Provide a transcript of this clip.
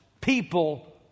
people